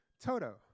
Toto